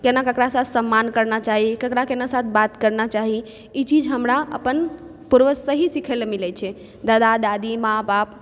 कोना ककरासँ सम्मान करना चाही ककरा किनका साथ कोना बात करना चाही ई चीज हमरा अपन पुर्वज से ही सीखै लए मिलै छै दादा दादी माँ बाप